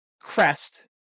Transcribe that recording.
crest